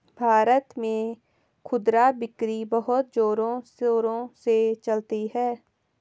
भारत में खुदरा बिक्री बहुत जोरों शोरों से चलती है